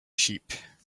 sheep